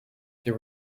there